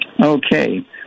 Okay